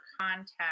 contact